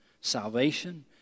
Salvation